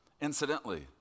Incidentally